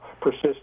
persist